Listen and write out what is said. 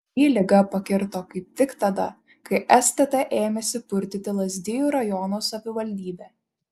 jį liga pakirto kaip tik tada kai stt ėmėsi purtyti lazdijų rajono savivaldybę